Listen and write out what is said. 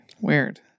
weird